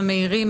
המהירים,